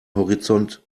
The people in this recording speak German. horizont